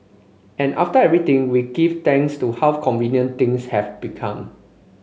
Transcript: and after everything we give thanks to how convenient things have become